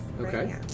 Okay